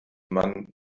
man